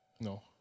No